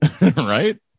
right